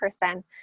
person